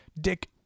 Dick